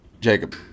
jacob